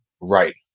Right